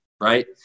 Right